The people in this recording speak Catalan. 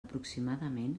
aproximadament